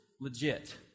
legit